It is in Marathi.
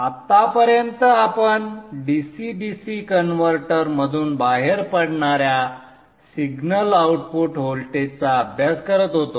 आत्तापर्यंत आपण dc dc कन्व्हर्टर मधून बाहेर पडणाऱ्या सिंगल आउटपुट व्होल्टेजचा अभ्यास करत होतो